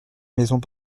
maisons